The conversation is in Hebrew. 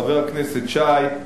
חבר הכנסת שי,